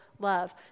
love